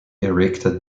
erected